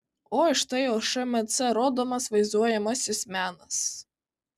o štai jau šmc rodomas vaizduojamasis menas